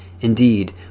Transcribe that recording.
Indeed